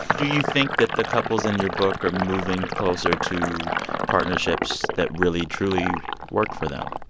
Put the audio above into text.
do you think that the couples in your book are moving closer to partnerships that really, truly work for them?